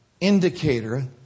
indicator